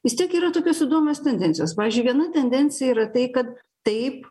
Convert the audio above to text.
vis tiek yra tokios įdomios tendencijos pavyzdžiui viena tendencija yra tai kad taip